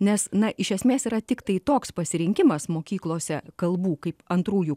nes na iš esmės yra tiktai toks pasirinkimas mokyklose kalbų kaip antrųjų